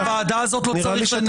את הוועדה הזאת לא צריך לנהל.